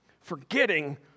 Forgetting